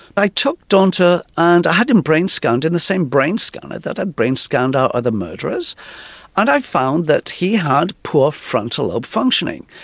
i took donta and i had him brain-scanned in the same brain scanner that i'd brain-scanned our other murderers and i found that he had poor frontal lobe functioning.